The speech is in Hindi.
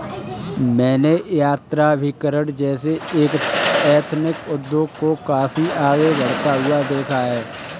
मैंने यात्राभिकरण जैसे एथनिक उद्योग को काफी आगे बढ़ता हुआ देखा है